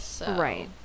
Right